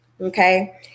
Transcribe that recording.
Okay